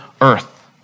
earth